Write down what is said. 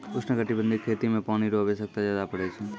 उष्णकटिबंधीय खेती मे पानी रो आवश्यकता ज्यादा पड़ै छै